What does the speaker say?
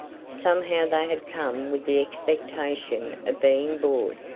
somehow they had come with the expectation of being bored.